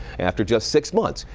after just six months,